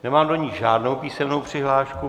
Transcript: Nemám do ní žádnou písemnou přihlášku.